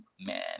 Man